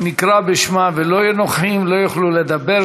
שנקרא בשמם ולא יהיו נוכחים לא יוכלו לדבר.